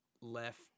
left